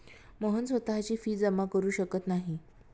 मोहन स्वतःची फी जमा करु शकत नाही